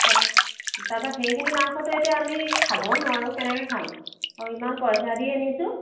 তাতে সেইখিনি মাংসটো এতিয়া আমি খাব নোৱাৰোঁ কেনেকৈ খাম আৰু ইমান পইচা দি আনিছোঁ